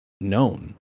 known